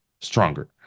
stronger